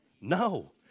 No